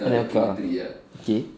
anelka okay